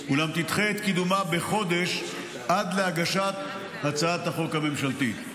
אולם תדחה את קידומה בחודש עד להגשת הצעת החוק הממשלתית.